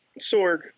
Sorg